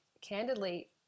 candidly